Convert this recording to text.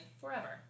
forever